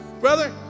brother